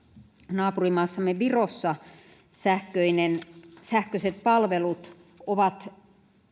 naapurimaassamme virossa sähköiset palvelut ovat